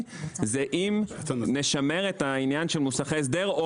שאלו פה למה צריך מוסכי הסדר.